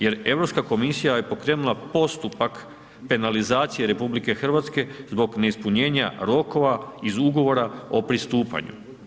Jer Europska komisija, je pokrenula postupak penalizacije RH, zbog neispunjenja rokova iz ugovora o pristupanju.